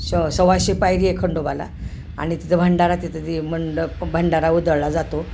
स सव्वाशे पायरी आहे खंडोबाला आणि तिथं भंडारा तिथं ते मंडप भंडारा उधळला जातो